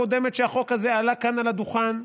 ובפעם הקודמת שהחוק הזה עלה כאן על הדוכן,